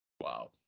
Wow